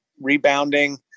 rebounding